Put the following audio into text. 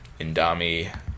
Indami